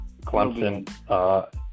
Clemson